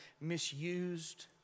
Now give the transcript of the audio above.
misused